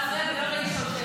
להפתעת כל האורחים שהגיעו לכנסת,